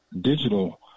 digital